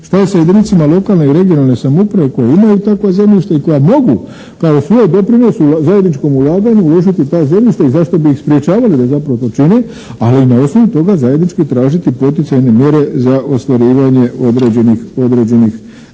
Šta je sa jedinicama lokalne i regionalne samouprave koje imaju takva zemljišta i koja mogu kao svoj doprinos zajedničkom ulaganju uložiti ta zemljišta i zašto bi ih sprječavali da zapravo to čine, ali na osnovu toga zajednički tražiti poticajne mjere za ostvarivanje određenih poticaja